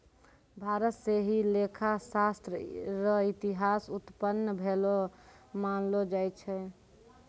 भारत स ही लेखा शास्त्र र इतिहास उत्पन्न भेलो मानलो जाय छै